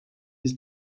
his